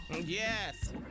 Yes